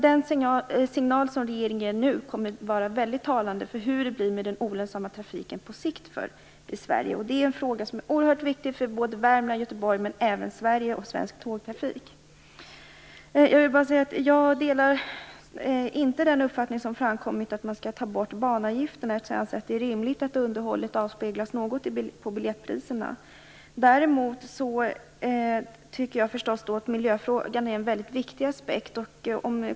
Den signal som regeringen ger nu kommer att vara väldigt talande för hur det blir med den olönsamma trafiken på sikt i Sverige. Det är en fråga som är oerhört viktig för Värmland och Göteborg, men även för Sverige och svensk tågtrafik. Jag delar inte den uppfattning som framkommit att man skall ta bort banavgifterna. Jag anser att det är rimligt att underhållet avspeglas något i biljettpriserna. Däremot tycker jag förstås att miljöfrågan är mycket viktig.